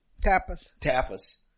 Tapas